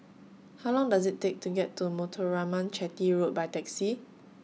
How Long Does IT Take to get to Muthuraman Chetty Road By Taxi